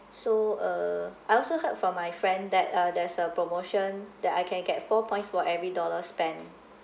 so uh I also heard from my friend that uh there's a promotion that I can get four points for every dollar spent